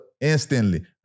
instantly